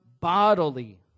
bodily